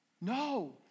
No